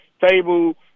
table